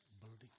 building